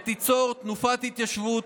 ותיצור תנופת התיישבות,